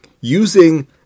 Using